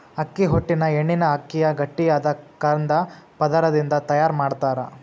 ಅಕ್ಕಿ ಹೊಟ್ಟಿನ ಎಣ್ಣಿನ ಅಕ್ಕಿಯ ಗಟ್ಟಿಯಾದ ಕಂದ ಪದರದಿಂದ ತಯಾರ್ ಮಾಡ್ತಾರ